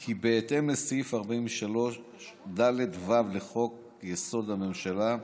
כי בהתאם לסעיף 43ד(ו) לחוק-יסוד: הממשלה,